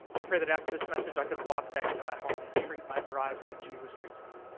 i pray that after this message, i could walk back into my home and treat my bride like jesus treats me